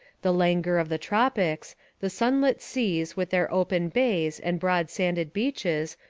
the languor of the tropics the sunlit seas with their open bays and broad sanded beaches,